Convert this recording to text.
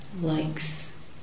likes